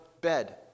bed